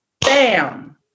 bam